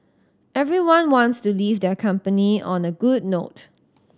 everyone wants to leave their company on a good note